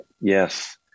yes